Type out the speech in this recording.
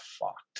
fucked